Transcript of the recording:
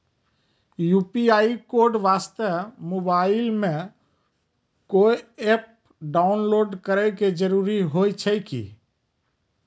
UPI code वास्ते mobile मे कोय एप्प डाउनलोड करे के जरूरी होय छै की?